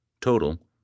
Total